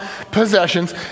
possessions